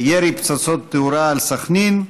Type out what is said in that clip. ירי פצצות תאורה על סח'נין.